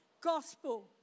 gospel